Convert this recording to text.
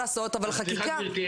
סליחה גברתי.